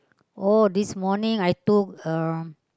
oh this morning I cook um